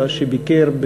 שביקר,